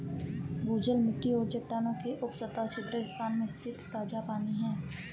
भूजल मिट्टी और चट्टानों के उपसतह छिद्र स्थान में स्थित ताजा पानी है